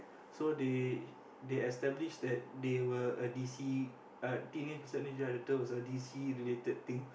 so they they establish that they were a D_C uh Teenage-Mutant-Ninja-Turtle was a D_C related thing